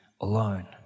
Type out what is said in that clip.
alone